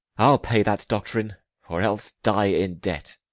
i'll pay that doctrine, or else die in debt.